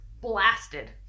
blasted